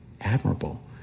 admirable